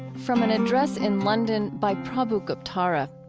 from an address in london by prabhu guptara.